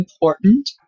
important